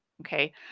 Okay